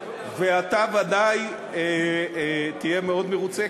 ואתה ודאי תהיה מאוד מרוצה,